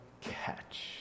catch